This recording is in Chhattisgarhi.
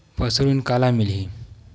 पशु ऋण काला मिलही?